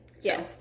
Yes